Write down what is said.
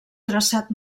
traçat